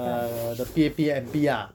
uh the P_A_P M_P ah